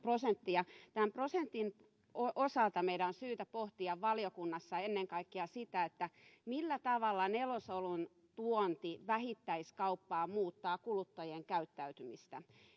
prosentti ja tämän prosentin osalta meidän on syytä pohtia valiokunnassa ennen kaikkea sitä millä tavalla nelosoluen tuonti vähittäiskauppaan muuttaa kuluttajien käyttäytymistä